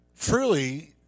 truly